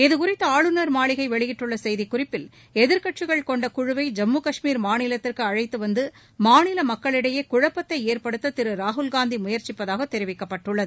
இது குறித்து ஆளுநர் மாளிகை வெளியிட்டுள்ள செய்திக் குறிப்பில் எதிர்கட்சிகள் கொண்ட குழுவை ஜம்மு கஷ்மீர் மாநிலத்திற்கு அழைத்து வந்து மாநில மக்களிடையே குழப்பத்தை ஏற்படுத்த திரு ராகுல்காந்தி முயற்சிப்பதாக தெரிவிக்கப்பட்டுள்ளது